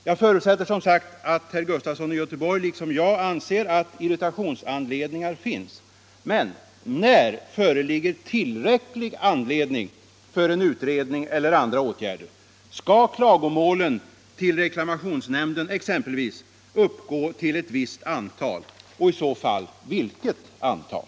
Jag förutsätter som sagt att herr Sven Gustafson i Göteborg liksom jag anser att irritationsanledningar finns. Men när föreligger tillräcklig anledning för en utredning eller andra åtgärder? Skall klagomålen till reklamationsnämnden exempelvis uppgå till ett visst antal? I så fall, vilket antal?